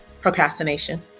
procrastination